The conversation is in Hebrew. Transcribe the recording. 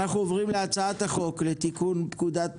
אנחנו עוברים להצעת חוק לתיקון פקודת